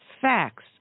facts